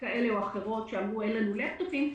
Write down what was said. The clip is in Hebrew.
כאלה או אחרות שאמרו שאין להן לפטופים,